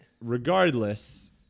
Regardless